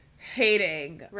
hating